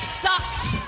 sucked